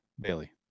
Bailey